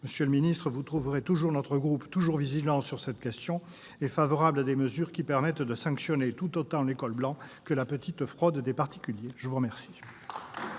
Monsieur le ministre, vous trouverez notre groupe toujours vigilant sur cette question et favorable à des mesures qui permettent de sanctionner tout autant les « cols blancs » que la petite fraude des particuliers. La parole